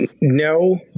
No